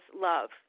love